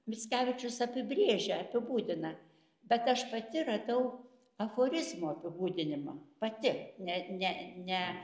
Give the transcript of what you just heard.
mickevičius apibrėžia apibūdina bet aš pati radau aforizmų apibūdinimą pati ne ne ne